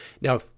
Now